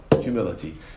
humility